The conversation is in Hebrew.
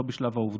לא בשלב העובדות,